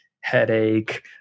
headache